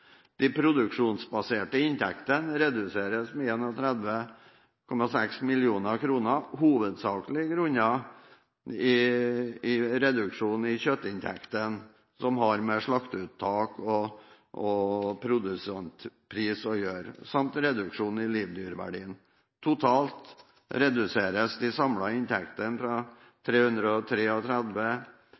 De produksjonsbaserte inntektene reduseres med 31,6 mill. kr – hovedsakelig grunnet reduksjon i kjøttinntektene. Det har med slakteuttak og produsentpris å gjøre samt reduksjon i livdyrverdien. Totalt sett reduseres de samlede inntektene fra